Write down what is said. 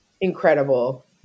incredible